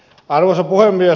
arvoisa puhemies